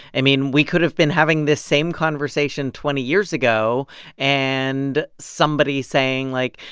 i mean, we could've been having this same conversation twenty years ago and somebody saying, like,